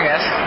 Yes